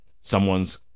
someone's